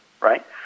right